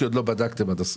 כי עוד לא בדקתם עד הסוף.